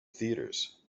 theaters